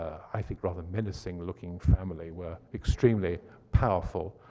i think rather menacing looking family were extremely powerful.